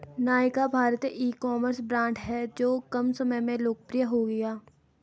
नायका भारतीय ecommerce brand हैं जो कम समय में लोकप्रिय हो गया